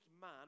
man